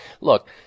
look